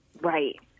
Right